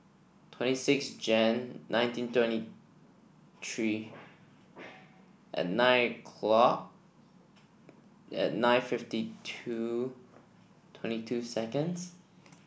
twenty six Jan nineteen twenty three and nine o'clock and nine fifty two twenty two seconds